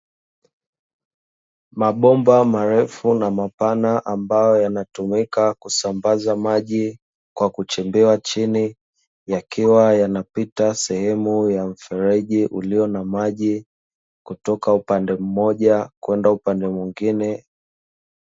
Mabomba marefu na mapana ambayo yanayotumika kusambaza maji kwa kuchimbiwa chini, yakiwa yanapita sehemu ya mfereji ulio na maji kutoka upande mmoja kwenda upande mwingine.